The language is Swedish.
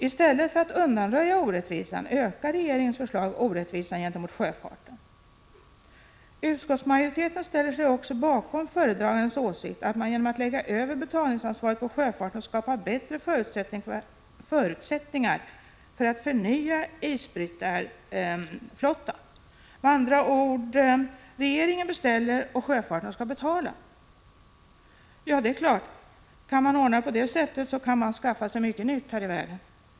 I stället för att undanröja orättvisan ökar regeringens förslag orättvisan gentemot sjöfarten. Utskottsmajoriteten ställer sig också bakom föredragandens åsikt att man genom att lägga över betalningsansvaret på sjöfarten skapar bättre förutsättningar för att förnya isbrytarflottan. Med andra ord: Regeringen beställer och sjöfarten skall betala. Ja, det är klart, kan man ordna det på det sättet kan man skaffa sig mycket nytt här i världen.